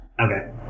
Okay